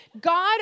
God